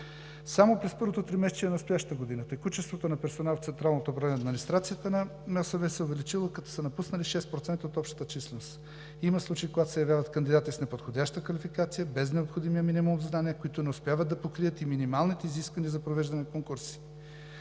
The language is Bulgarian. Само през първото тримесечие на настоящата година текучеството на персонал в централното управление – администрацията на МОСВ, се е увеличило, като са напуснали 6% от общата численост. Има случаи, когато се явяват кандидати с неподходяща квалификация, без необходимия минимум от знания, които не успяват да покрият и минималните изисквания за провеждане на конкурси.